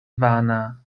vana